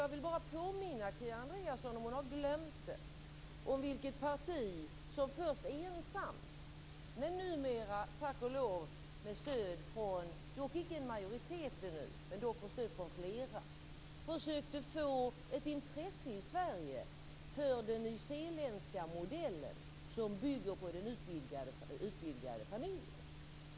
Jag vill bara påminna Kia Andreasson, om hon har glömt det, om vilket parti som först ensamt men numera tack och lov med stöd från flera - dock ännu icke en majoritet - försökte skapa ett intresse i Sverige för den nyzeeländska modellen, som bygger på den utvidgade familjen.